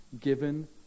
given